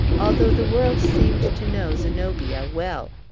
although the world seemed to know zenobia well.